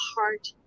heart